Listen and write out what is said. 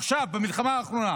עכשיו, במלחמה האחרונה,